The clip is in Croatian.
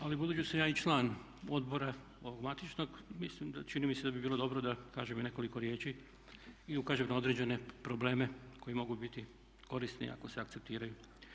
Ali budući da sam ja i član odbora ovog matičnog čini mi se da bi bilo dobro da kažem i nekoliko riječi i ukažem na određene probleme koji mogu biti korisni ako se akceptiraju.